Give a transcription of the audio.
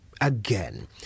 again